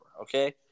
Okay